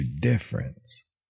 difference